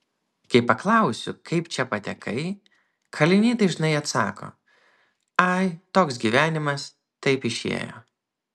kai paklausiu kaip čia patekai kaliniai dažnai atsako ai toks gyvenimas taip išėjo